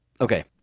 okay